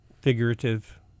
figurative